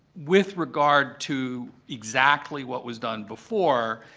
with regard to exactly what was done before,